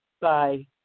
Bye